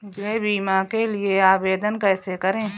गृह बीमा के लिए आवेदन कैसे करें?